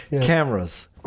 Cameras